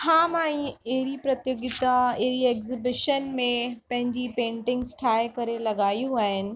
हा मां ईअं अहिड़ी प्रतियोगिता अहिड़ी एग्ज़िबिशन में पंहिंजी पैंटिंग्स ठाहे करे लॻायूं आहिनि